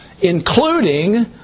including